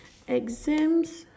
exams